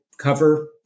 cover